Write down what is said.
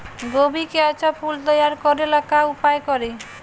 गोभी के अच्छा फूल तैयार करे ला का उपाय करी?